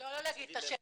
לא להגיד את השם.